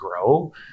grow